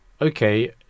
okay